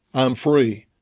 i'm free.